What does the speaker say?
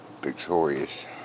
victorious